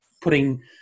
Putting